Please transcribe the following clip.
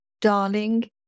darling